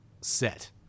set